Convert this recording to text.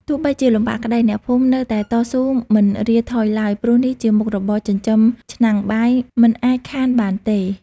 ទោះបីជាលំបាកក្តី អ្នកភូមិនៅតែតស៊ូមិនរាថយឡើយ ព្រោះនេះជាមុខរបរចិញ្ចឹមឆ្នាំងបាយ មិនអាចខានបានទេ ។